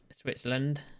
Switzerland